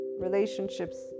relationships